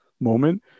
moment